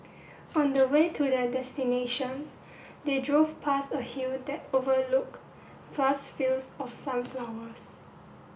on the way to their destination they drove past a hill that overlook vast fields of sunflowers